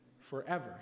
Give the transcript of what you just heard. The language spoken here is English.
forever